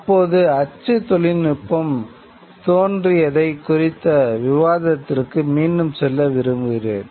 தற்போது அச்சு தொழில்நுட்பம் தோன்றியதைக் குறித்த விவாதத்திற்கு மீண்டும் செல்ல விரும்புகிறேன்